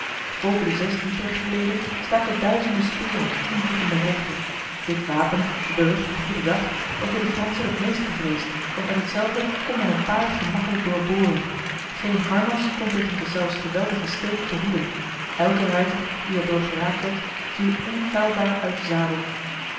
boven de zes diepere gelederen staken duizenden speren tien voet in de hoogte dit wapen de beruchte goedendag was door de fransen het meest gevreesd want met hetzelve kon men een paard gemakkelijk doorboren geen harnas kon tegen deszelfs geweldige steek behoeden elke ruiter die erdoor geraakt werd viel onfeilbaar uit de zadel